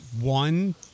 one